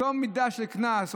אותה מידה של קנס,